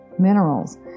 minerals